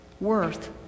worth